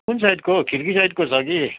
कुन साइडको हो खिड्की साइडको छ कि